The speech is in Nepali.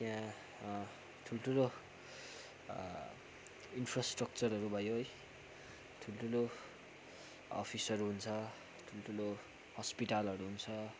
त्यहाँ ठुल्ठुलो इन्फ्रास्ट्रक्चरहरू भयो है ठुल्ठुलो अफिसहरू हुन्छ ठुल्ठुलो हस्पिटलहरू हुन्छ